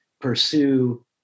pursue